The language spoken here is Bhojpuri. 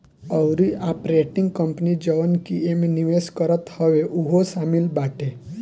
अउरी आपरेटिंग कंपनी जवन की एमे निवेश करत हवे उहो शामिल बाटे